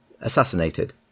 assassinated